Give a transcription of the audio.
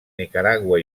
nicaragua